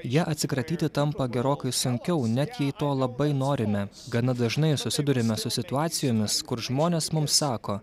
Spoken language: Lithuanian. ja atsikratyti tampa gerokai sunkiau net jei to labai norime gana dažnai susiduriame su situacijomis kur žmonės mums sako